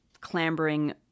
clambering